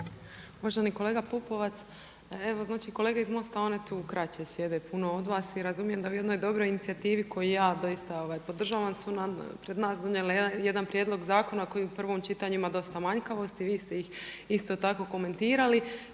Poštovani kolega Pupovac, evo znači kolege iz Mosta oni tu kraće sjede od vas i razumijem da vi u jednoj dobroj inicijativi koju ja doista podržavam su pred nas donijeli jedan prijedlog zakona koji u prvom čitanju ima dosta manjkavosti. Vi ste ih isto tako komentirali